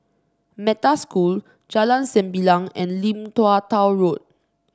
Metta School Jalan Sembilang and Lim Tua Tow Road